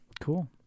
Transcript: Cool